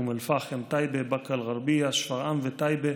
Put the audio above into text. אום אל-פחם, באקה אל-גרבייה, שפרעם וטייבה.